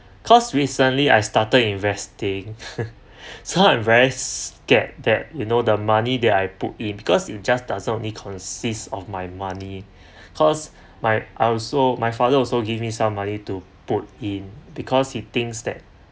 cause recently I started investing so I'm very scared that you know the money that I put in because it just doesn't only consist of my money cause my I also my father also give me some money to put in because he thinks that